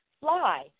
fly